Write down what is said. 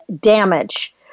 damage